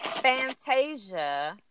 Fantasia